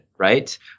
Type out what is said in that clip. Right